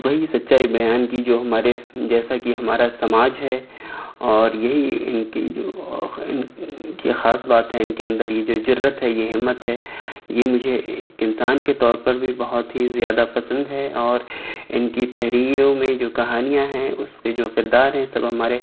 وہی سچّائی بیان کی جو ہمارے جیسا کہ ہمارا سماج ہے اور یہی ان کی جو ان کی خاص بات ہے ان کے اندر یہ جو جرأت ہے یہ ہمت ہے یہ مجھے ایک انسان کے طور پر بھی بہت ہی زیادہ پسند ہے اور ان کی تحریروں میں جو کہانیاں ہیں اس میں جو کردار ہیں سب ہمارے